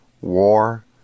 war